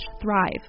thrive